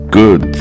good